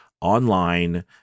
online